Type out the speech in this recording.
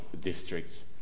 districts